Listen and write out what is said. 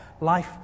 life